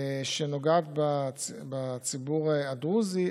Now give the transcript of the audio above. שנוגעת בציבור הדרוזי,